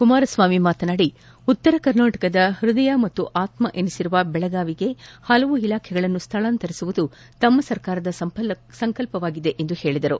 ಕುಮಾರಸ್ವಾಮಿ ಮಾತನಾಡಿ ಉತ್ತರ ಕರ್ನಾಟಕದ ಪ್ಯದಯ ಮತ್ತು ಆತ್ಮ ಎನಿಸಿರುವ ಬೆಳಗಾವಿಗೆ ಹಲವು ಇಲಾಖೆಗಳನ್ನು ಸ್ವಳಾಂತರಿಸುವುದು ತಮ್ನ ಸರ್ಕಾರದ ಸಂಕಲ್ಪವಾಗಿದೆ ಎಂದು ಹೇಳಿದರು